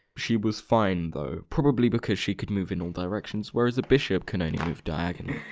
she was fine, though. probably because she could move in all directions, whereas the bishop can only move diagonally.